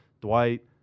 Dwight